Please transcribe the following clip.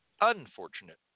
unfortunate